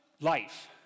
life